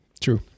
True